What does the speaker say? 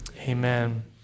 amen